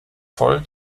voll